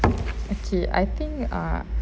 okay I think err